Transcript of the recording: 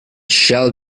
shall